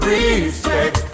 Respect